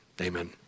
Amen